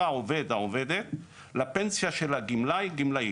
העובד או העובדת לפנסיה של הגמלאי או הגמלאית,